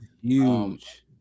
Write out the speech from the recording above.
Huge